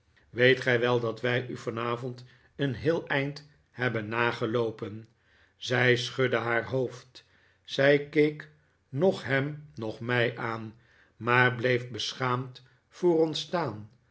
weet gij wel dat wij u vanavond een heel eind hebben nageloopen zij schudde haar hbofd zij keek noch hem noch mij aan maar bleef beschaamd voor